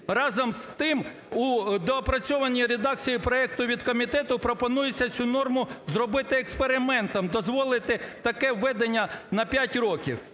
Разом з тим, у доопрацьованій редакції проекту від комітету пропонується цю норму зробити експериментом: дозволити таке введення на 5 років.